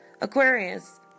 Aquarius